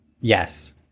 Yes